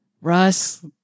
Russ